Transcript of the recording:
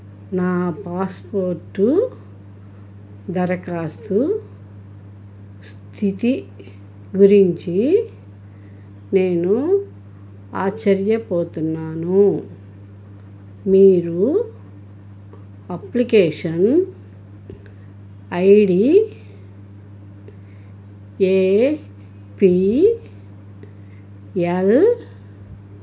నా పాస్పోర్టు దరఖాస్తు స్థితి గురించి నేను ఆశ్చర్యపోతున్నాను మీరు అప్లికేషన్ ఐడి ఏపీఎల్